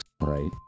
Right